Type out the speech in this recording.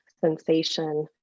sensation